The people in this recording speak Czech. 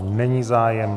Není zájem.